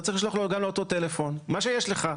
אתה צריך לשלוח לו גם לאותו מספר טלפון שיש לך.